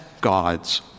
God's